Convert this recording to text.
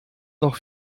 noch